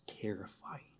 terrifying